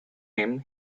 him